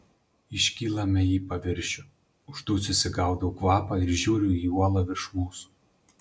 iškylame į paviršių uždususi gaudau kvapą ir žiūriu į uolą virš mūsų